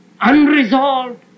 unresolved